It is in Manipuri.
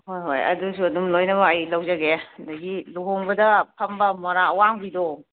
ꯍꯣꯏ ꯍꯣꯏ ꯑꯗꯨꯁꯨ ꯑꯗꯨꯝ ꯂꯣꯏꯅꯃꯛ ꯑꯩ ꯂꯧꯖꯒꯦ ꯑꯗꯒꯤ ꯂꯨꯍꯣꯡꯕꯗ ꯐꯝꯕ ꯃꯣꯔꯥ ꯑꯋꯥꯡꯕꯤꯗꯣ